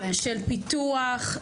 של פיתוח,